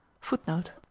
Footnote